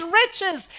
riches